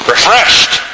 refreshed